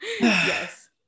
Yes